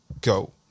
go